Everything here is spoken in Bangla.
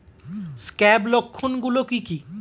স্ক্যাব লক্ষণ গুলো কি কি?